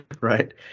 Right